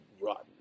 rotten